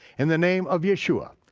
in the name of yeshua,